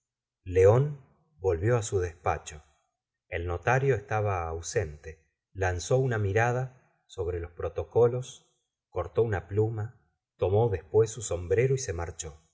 león volvió su despacho el notario estaba ausente lanzó una mirada sobre los protocolos cortó una pluma tomó después su sombrero y se marchó